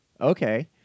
Okay